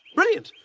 brilliant!